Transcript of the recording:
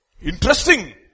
Interesting